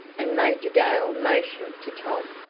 and major dale motioned to tom.